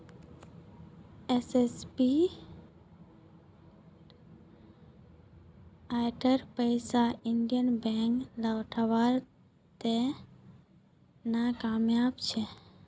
एसबीआईर पैसा Indian Bank लौटव्वात नाकामयाब छ